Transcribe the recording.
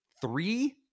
Three